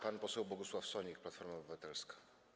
Pan poseł Bogusław Sonik, Platforma Obywatelska.